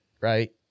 right